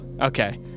Okay